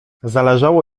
zależało